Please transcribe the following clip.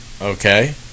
okay